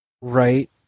Right